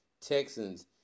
Texans